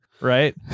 right